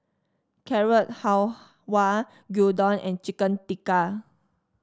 Carrot Halwa Gyudon and Chicken Tikka